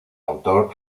autor